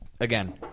Again